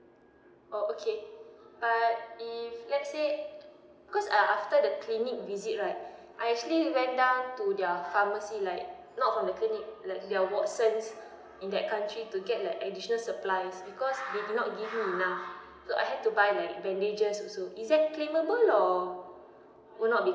orh okay but if let's say because I after the clinic visit right I actually went down to threir pharmacy like not from the clinic like their watsons in that country to get like additional supplies because they did not give me enough so I had to buy like bandages also is that claimable or would not be